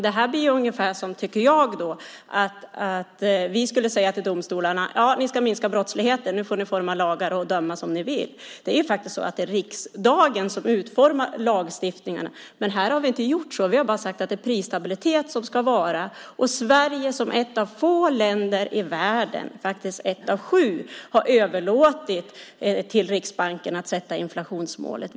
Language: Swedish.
Det här blir ungefär som om vi skulle säga till domstolarna: "Ni ska minska brottsligheten. Nu får ni utforma lagar och döma som ni vill." Det är riksdagen som utformar lagstiftningen, men här har vi inte gjort så. Vi har bara sagt att det ska vara prisstabilitet. Sverige är ett av få länder i världen, faktiskt ett av sju, som har överlåtit till Riksbanken att sätta inflationsmålet.